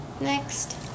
next